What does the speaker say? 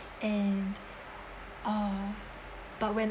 and uh but when